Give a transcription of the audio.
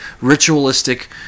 ritualistic